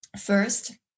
First